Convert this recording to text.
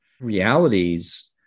realities